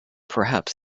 perhaps